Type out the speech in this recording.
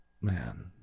Man